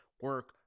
Work